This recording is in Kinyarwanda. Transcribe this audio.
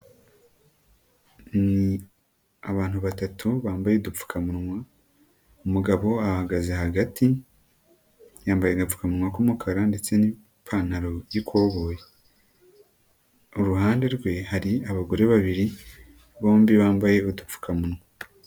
Ni abantu batatu bambaye udupfukamunwa, umugabo ahagaze hagati yambaye agapfukamunwa k'umukara ndetse n'ipantaro by'ikoboyi, iruhande rwe hari abagore babiri bombi bambaye udupfukamunwa.